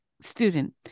student